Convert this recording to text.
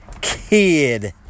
kid